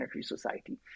society